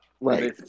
Right